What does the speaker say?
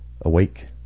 awake